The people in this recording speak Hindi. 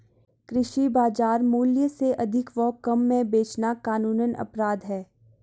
कृषि बाजार मूल्य से अधिक व कम में बेचना कानूनन अपराध है